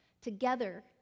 together